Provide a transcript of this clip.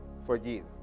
forgive